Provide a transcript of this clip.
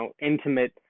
intimate